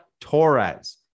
Torres